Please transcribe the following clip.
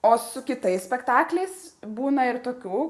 o su kitais spektakliais būna ir tokių